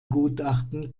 gutachten